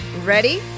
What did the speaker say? Ready